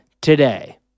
today